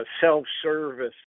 self-service